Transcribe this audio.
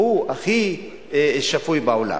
והוא הכי שפוי בעולם.